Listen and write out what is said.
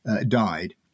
died